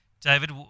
David